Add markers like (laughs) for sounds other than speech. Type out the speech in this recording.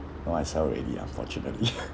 now I sell already lah unfortunately (laughs)